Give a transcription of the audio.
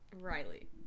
Riley